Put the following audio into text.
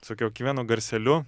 su kiekvienu garseliu